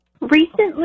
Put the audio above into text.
Recently